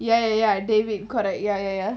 ya ya david correct ya ya ya